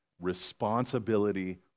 responsibility